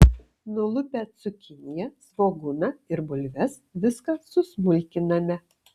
nulupę cukiniją svogūną ir bulves viską susmulkiname